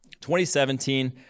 2017